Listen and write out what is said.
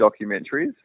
documentaries